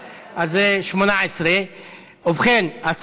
אז זה 18. ראיתי שאתה לא,